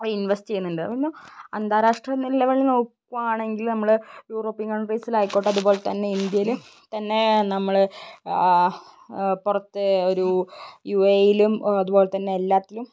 invest ചെയ്യുന്നുണ്ട് അന്താരാഷ്ട്ര നിലയിൽ നോക്കുകയാണെങ്കിൽ നമ്മള് യൂറോപ്പിയൻ കൺട്രീസിലായിക്കോട്ടെ അതുപോലെ തന്നെ ഇന്ത്യയില് തന്നെ നമ്മള് പുറത്ത് ഒരു യു എ ഇയിലും അതുപോലെ തന്നെ എല്ലാത്തിലും